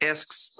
Asks